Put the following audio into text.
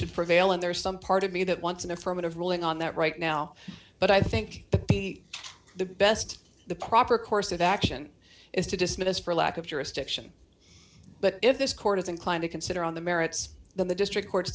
should prevail and there is some part of me that wants an affirmative ruling on that right now but i think that the best the proper course of action is to dismiss for lack of jurisdiction but if this court is inclined to consider on the merits then the district court's